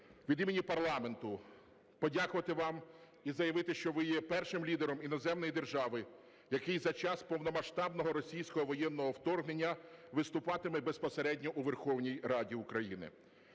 від імені парламенту подякувати вам і заявити, що ви є першим лідером іноземної держави, який за час повномасштабного російського воєнного вторгнення виступатиме безпосередньо у Верховній Раді України.